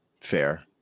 fair